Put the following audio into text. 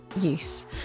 use